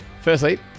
Firstly